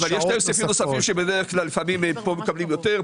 יש להם סעיפים נוספים שלפעמים מקבלים כאן יותר.